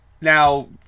now